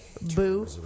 Boo